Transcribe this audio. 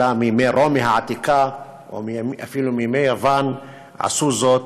כבר בימי רומי העתיקה ואפילו בימי יוון עשו זאת,